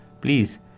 please